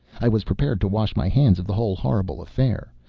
i was prepared to wash my hands of the whole horrible affair.